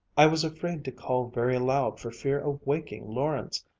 i was afraid to call very loud for fear of waking lawrence.